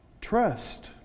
trust